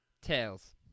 Tails